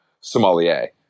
sommelier